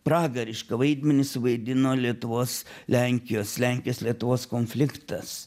pragarišką vaidmenį suvaidino lietuvos lenkijos lenkijos lietuvos konfliktas